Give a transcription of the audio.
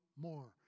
more